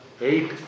eight